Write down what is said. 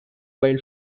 while